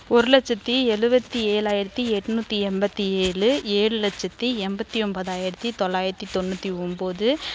ஒரு லட்சத்தி எழுபத்தி ஏழாயிரத்தி எண்நூத்தி எண்பத்தி ஏழு ஏழு லட்சத்தி எண்பத்தி ஒன்பதாயிரத்தி தொள்ளாயிரத்தி தொண்ணூற்றி ஒம்பது